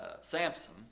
Samson